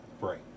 Right